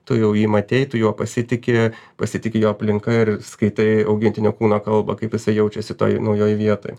tu jau jį matei tu juo pasitiki pasitiki jo aplinka ir skaitai augintinio kūno kalbą kaip jisai jaučiasi toj naujoj vietoj